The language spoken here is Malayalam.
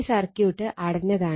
ഈ സർക്യൂട്ട് അടഞ്ഞതാണ്